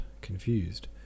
confused